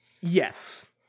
yes